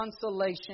consolation